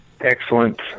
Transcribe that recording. excellent